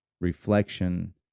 reflection